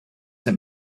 that